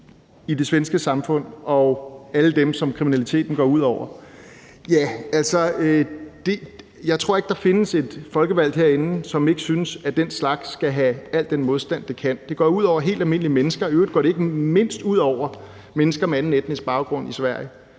i det svenske samfund og alle dem, som kriminaliteten går ud over, vil jeg sige, at jeg ikke tror, der findes en folkevalgt herinde, som ikke synes, at den slags skal have al den modstand, det kan få. Det går ud over helt almindelige mennesker, og i øvrigt går det ikke mindst ud over mennesker med anden etnisk baggrund i Sverige.